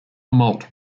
moult